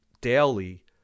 daily